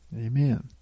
Amen